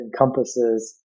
encompasses